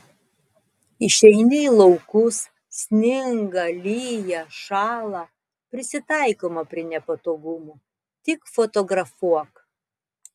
išeini į laukus sninga lyja šąla prisitaikoma prie nepatogumų tik fotografuok